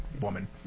woman